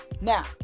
Now